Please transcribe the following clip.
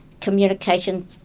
communication